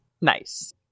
nice